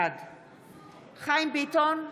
בעד חיים ביטון,